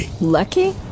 Lucky